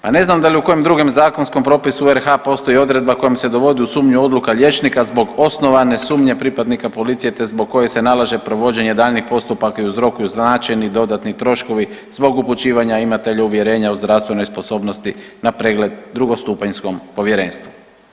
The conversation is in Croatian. Pa ne znam da li u kojem drugom zakonskom propisu RH postoji odredba kojom se dovodi u sumnju odluka liječnika zbog osnovane sumnje pripadnika policije te zbog koje se nalaze provođenje daljnjih postupaka i ... dodatni troškovi zbog upućivanja imatelju uvjerenja o zdravstvenoj sposobnosti na pregled drugostupanjskom povjerenstvu.